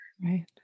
Right